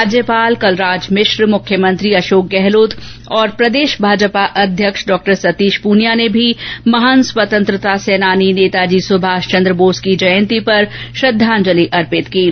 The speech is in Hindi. राज्यपाल कलराज मिश्र मुख्यमंत्री अशोक गहलोत और भाजपा प्रदेश अध्यक्ष डॉ सतीश पूनिया ने भी महान स्वतंत्रता सेनानी नेताजी सुभाष चन्द्र बोस की जयन्ती पर श्रद्धांजलि अर्पित की है